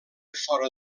fora